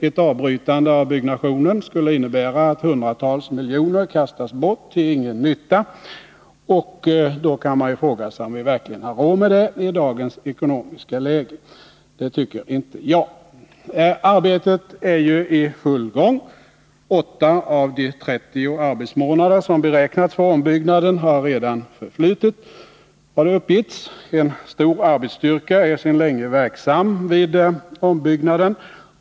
Ett avbrytande av byggnationen skulle innebära att hundratals miljoner kastades bort till ingen nytta. Har vi verkligen råd med detta i dagens ekonomiska läge? Det tycker inte jag. Arbetet är ju i full gång. 8 av de 30 arbetsmånader som beräknats för ombyggnaden har redan förflutit. En stor arbetsstyrka är sedan länge verksam vid ombyggnaden.